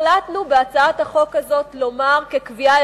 החלטנו בהצעת החוק הזאת לומר כקביעה